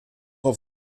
auf